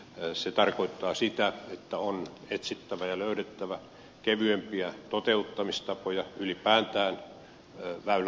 se tarkoittaa sitä että on etsittävä ja löydettävä kevyempiä toteuttamistapoja ylipäätään väylärakentamiseen